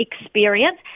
experience